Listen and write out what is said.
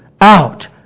out